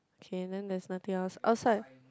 okay then that's nothing else outside